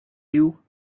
you